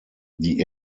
die